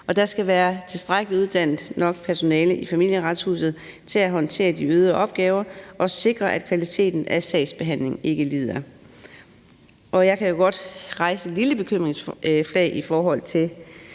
Der skal være tilstrækkelig uddannet og nok personale i Familieretshuset til at håndtere de øgede opgaver og sikre, at kvaliteten af sagsbehandlingen ikke lider. Jeg kan jo godt rejse et lille bekymringsflag i forhold til